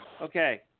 Okay